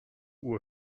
uhr